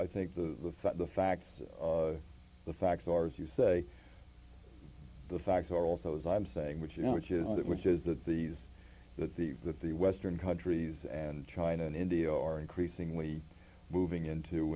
i think the the facts the facts are as you say the facts are also as i'm saying which you know which is that which is that these that the that the western countries and china and india are increasingly moving into